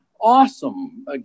awesome